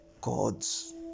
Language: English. gods